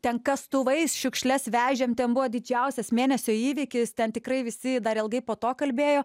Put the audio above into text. ten kastuvais šiukšles vežėm ten buvo didžiausias mėnesio įvykis ten tikrai visi dar ilgai po to kalbėjo